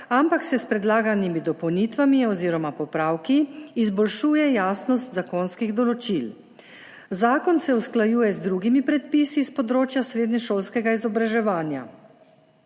ampak se s predlaganimi dopolnitvami oziroma popravki izboljšuje jasnost zakonskih določil. Zakon se usklajuje z drugimi predpisi s področja srednješolskega izobraževanja.